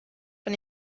von